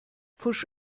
pfusch